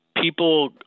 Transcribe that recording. people